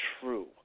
true